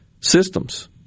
systems